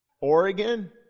Oregon